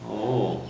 oh